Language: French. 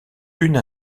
une